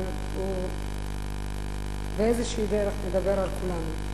אבל באיזושהי דרך הוא מדבר על כולנו.